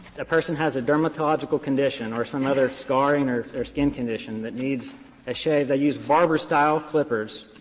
the person has a dermatological condition or some other scarring or or skin condition that needs a shave, they use barber-style clippers,